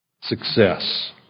success